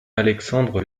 alexandre